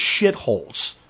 shitholes